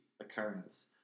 occurrence